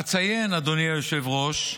אציין, אדוני היושב-ראש,